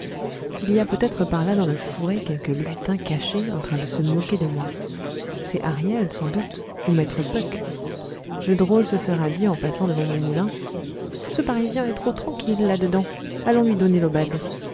il y a peut-être par-là dans le fourré quelque lutin caché en train de se moquer de moi c'est ariel sans doute ou maître puck le drôle se sera dit en passant devant mon moulin ce parisien est trop tranquille là dedans allons lui donner l'aubade